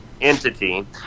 entity